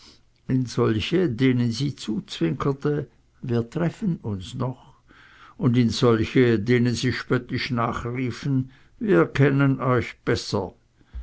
solche denen sie zuzwinkerten wir treffen uns noch und in solche denen sie spöttisch nachriefen wir kennen euch besser